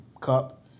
cup